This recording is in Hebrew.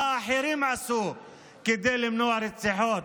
ומה אחרים עשו כדי למנוע רציחות.